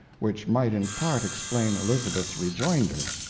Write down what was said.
which might in part explain elizabeth's rejoinder.